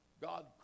God